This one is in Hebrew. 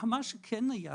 מה שכן היה,